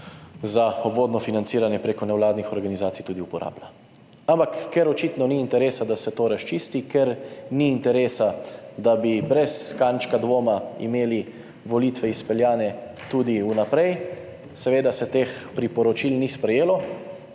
za obvodno financiranje preko nevladnih organizacij tudi uporablja. Ampak ker očitno ni interesa, da se to razčisti, ker ni interesa, da bi brez kančka dvoma imeli volitve izpeljane tudi vnaprej, seveda se teh priporočil ni sprejelo.